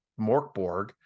Morkborg